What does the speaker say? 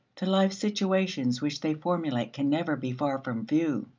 the life-situations which they formulate can never be far from view.